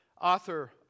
Author